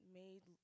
made